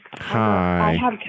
Hi